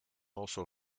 also